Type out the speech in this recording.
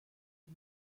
and